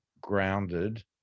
grounded